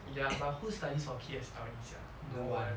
ya but who studies for P_S_L_E sia no one